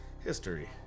History